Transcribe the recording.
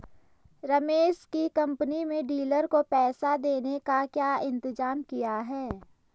रमेश की कंपनी में डीलर को पैसा देने का क्या इंतजाम किया है?